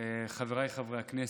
חבריי חברי הכנסת,